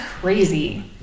crazy